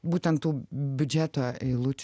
būtent tų biudžeto eilučių